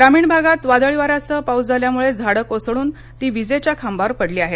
ग्रामीण भागात वादळी वाऱ्यासह पाऊस झाल्यामुळे झाडं कोसळून ती विजेच्या खांबावर पडली आहेत